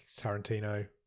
Tarantino